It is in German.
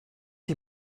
die